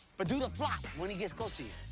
but do the flop when he gets close to